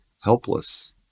helpless